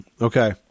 Okay